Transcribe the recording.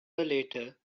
later